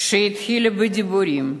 שהתחילה בדיבורים,